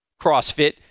CrossFit